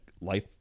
life